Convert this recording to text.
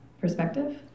perspective